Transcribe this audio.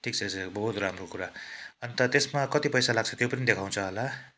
ठिक छ बहुत राम्रो कुरा अन्त त्यसमा कति पैसा लाग्छ त्यो पनि देखाउँछ होला